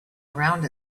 around